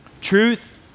Truth